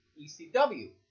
ECW